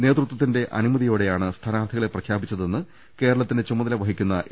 നേതൃത്വത്തിന്റെ അനുമതി യോടെയാണ് സ്ഥാനാർഥികളെ പ്രഖ്യാപിച്ചതെന്ന് കേരളത്തിന്റെ ചുമ തല വഹിക്കുന്ന എ